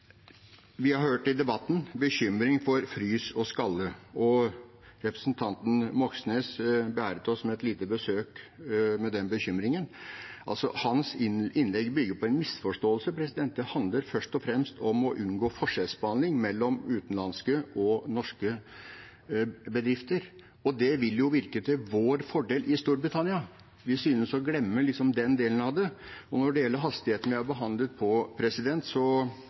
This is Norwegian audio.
Vi har i debatten hørt bekymring for frys og skralle. Representanten Moxnes beæret oss med et lite besøk til den bekymringen. Hans innlegg bygger på en misforståelse. Det handler først og fremst om å unngå forskjellsbehandling mellom utenlandske og norske bedrifter, og det vil jo virke til vår fordel i Storbritannia. Vi synes å glemme den delen av det. Når det gjelder hastigheten på behandlingen vår, fikk det britiske parlamentet to dager, så